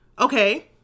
Okay